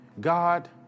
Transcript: God